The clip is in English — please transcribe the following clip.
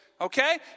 okay